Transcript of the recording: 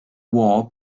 war